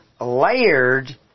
layered